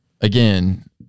again